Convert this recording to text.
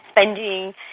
spending